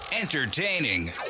Entertaining